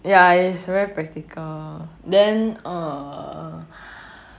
ya it's very practical then err